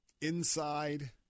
inside